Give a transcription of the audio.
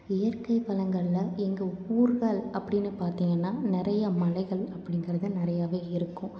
இயற்கை வளங்களில் எங்கள் ஊர்கள் அப்படினு பார்த்திங்கன்னா நிறைய மலைகள் அப்படிங்குறது நிறையாவே இருக்கும்